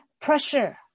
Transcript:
pressure